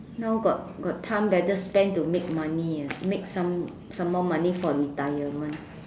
now got got time better spend to make money ya make some some more money for retirement